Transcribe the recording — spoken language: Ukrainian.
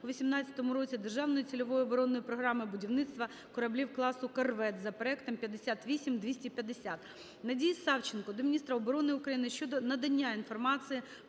у 2018 році Державної цільової оборонної програми будівництва кораблів класу "корвет" за проектом 58250. Надії Савченко до міністра оборони України щодо надання інформації